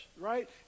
right